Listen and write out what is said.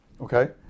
Okay